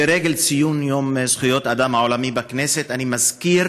לרגל ציון יום זכויות אדם העולמי בכנסת אני מזכיר